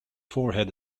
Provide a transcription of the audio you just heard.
forehead